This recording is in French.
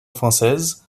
française